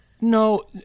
No